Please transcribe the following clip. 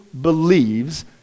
believes